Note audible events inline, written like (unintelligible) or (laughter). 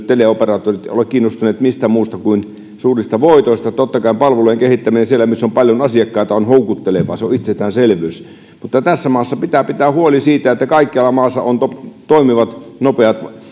(unintelligible) teleoperaattorit eivät ole kiinnostuneita mistään muusta kuin suurista voitoista totta kai palvelujen kehittäminen siellä missä on paljon asiakkaita on houkuttelevaa se on itsestäänselvyys mutta tässä maassa pitää pitää huoli siitä että kaikkialla maassa on toimivat nopeat